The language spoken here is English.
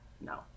No